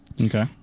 Okay